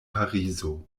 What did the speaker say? parizo